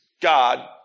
God